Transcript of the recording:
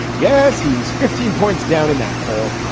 yes, he's fifteen points down in that poll.